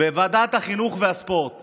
בוועדת החינוך והספורט.